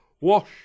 wash